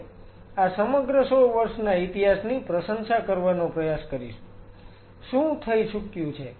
આપણે આ સમગ્ર 100 વર્ષના ઈતિહાસની પ્રશંસા કરવાનો પ્રયાસ કરીશું શું થઈ ચુક્યું છે